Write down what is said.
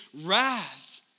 wrath